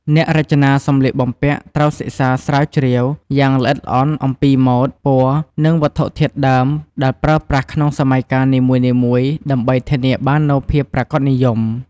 អ្នករចនាសម្លៀកបំពាក់ត្រូវសិក្សាស្រាវជ្រាវយ៉ាងល្អិតល្អន់អំពីម៉ូដ ពណ៌ និងវត្ថុធាតុដើមដែលប្រើប្រាស់ក្នុងសម័យកាលនីមួយៗ ដើម្បីធានាបាននូវភាពប្រាកដនិយម។